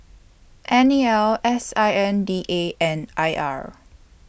N E L S I N D A and I R